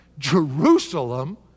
Jerusalem